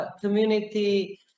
community